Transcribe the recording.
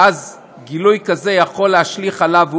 ואז גילוי כזה יכול להשליך עליו,